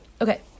okay